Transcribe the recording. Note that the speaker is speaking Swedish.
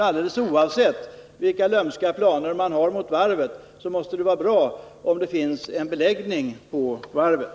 Alldeles oavsett vilka lömska planer man har mot varvet, så måste det vara bra om det finns en beläggning på det.